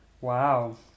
Wow